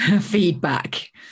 feedback